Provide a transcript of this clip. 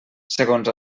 segons